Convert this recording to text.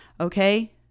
Okay